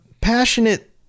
passionate